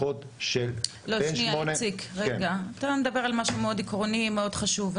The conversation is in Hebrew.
אתה מדבר על משהו מאוד עקרוני, מאוד חשוב.